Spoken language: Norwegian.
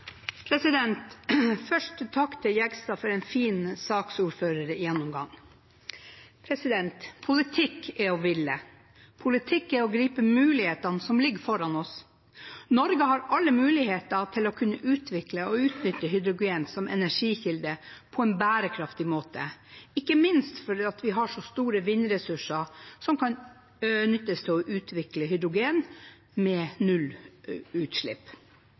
minutter. Først: Takk til Jegstad for en fin saksordførergjennomgang. Politikk er å ville. Politikk er å gripe mulighetene som ligger foran oss. Norge har alle muligheter til å kunne utvikle og utnytte hydrogen som energikilde på en bærekraftig måte, ikke minst fordi vi har så store vindressurser som kan nyttes til å utvikle hydrogen med nullutslipp.